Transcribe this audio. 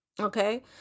Okay